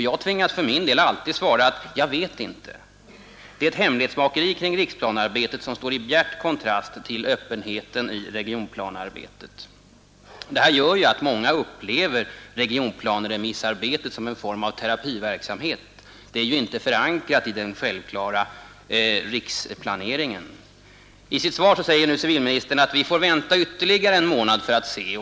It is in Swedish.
Jag tvingas för min del alltid svara: Jag vet inte. Det är ett hemlighetsmakeri kring riksplanearbetet som står i bjärt kontrast till öppenheten i regionplanearbetet. Detta gör att många upplever regionplaneremissarbetet som en form av terapiverksamhet; det är inte förankrat i den självklart nödvändiga riksplaneringen. I sitt svar säger civilministern att vi får vänta ytterligare en månad.